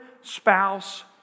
spouse